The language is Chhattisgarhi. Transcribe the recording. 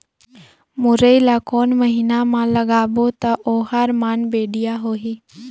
मुरई ला कोन महीना मा लगाबो ता ओहार मान बेडिया होही?